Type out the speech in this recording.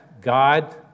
God